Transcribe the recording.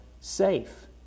safe